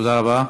תודה רבה.